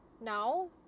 now